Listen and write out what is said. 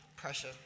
Pressure